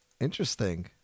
Interesting